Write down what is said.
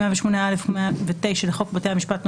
108א ו-109 לחוק בתי המשפט ,